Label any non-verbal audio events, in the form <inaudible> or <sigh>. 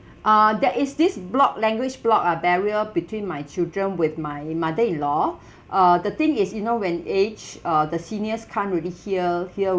uh that is this block language block uh barrier between my children with my mother-in-law <breath> uh the thing is you know when aged uh the seniors can't really hear hear